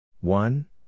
One